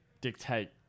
dictate